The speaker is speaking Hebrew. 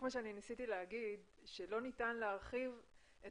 ניסיתי להגיד שלא ניתן להרחיב את